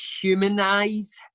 humanize